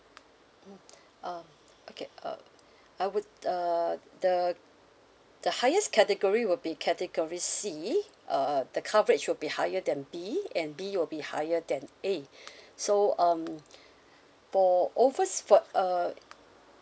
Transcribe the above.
mm um okay uh I would uh the the highest category will be category C uh the coverage will be higher than B and B will be higher than A so um for overs~ for uh